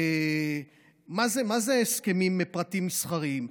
מה זה הסכמים עם פרטים מסחריים?